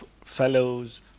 fellows